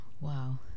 Wow